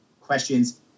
Questions